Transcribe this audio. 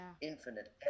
infinite